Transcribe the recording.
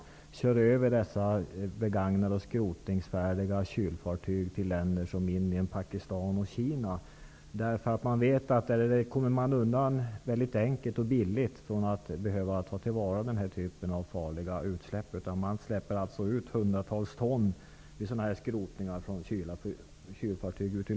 De kör över dessa begagnade skrotningsfärdiga kylfartyg till länder som Indien, Pakistan och Kina. Där kan de komma undan enkelt och billigt och slipper ta hand om dessa farliga utsläpp. Man släpper alltså ut hundratals ton i luften vid skrotning av kylfartyg.